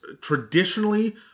traditionally